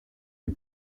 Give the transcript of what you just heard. les